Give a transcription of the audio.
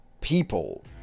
people